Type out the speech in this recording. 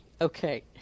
Okay